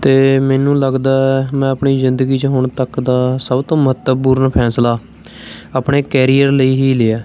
ਅਤੇ ਮੈਨੂੰ ਲੱਗਦਾ ਮੈਂ ਆਪਣੀ ਜ਼ਿੰਦਗੀ 'ਚ ਹੁਣ ਤੱਕ ਦਾ ਸਭ ਤੋਂ ਮਹੱਤਵਪੂਰਨ ਫੈਸਲਾ ਆਪਣੇ ਕੈਰੀਅਰ ਲਈ ਹੀ ਲਿਆ